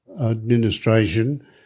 administration